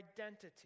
identity